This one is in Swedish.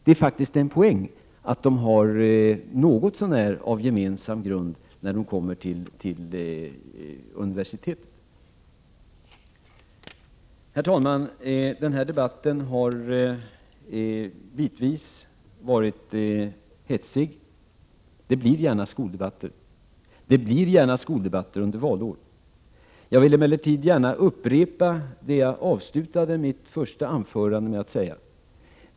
Det är faktiskt en poäng att eleverna har en något så när gemensam grund när de kommer till universitetet. Herr talman! Denna debatt har bitvis varit hetsig — det blir skoldebatter gärna under ett valår. Jag vill emellertid upprepa det jag avslutade mitt första anförande med att säga.